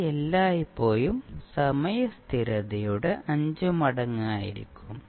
ഇത് എല്ലായ്പ്പോഴും സമയ സ്ഥിരതയുടെ 5 മടങ്ങ് ആയിരിക്കും